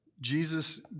Jesus